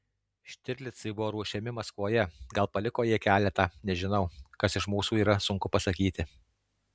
štirlicai buvo ruošiami maskvoje gal paliko jie keletą nežinau kas iš mūsų yra sunku pasakyti